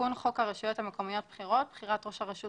תיקון חוק הרשויות המקומיות בחירות (בחירת ראש הרשות